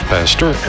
Pastor